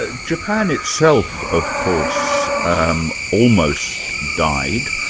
ah japan itself of course, um almost died.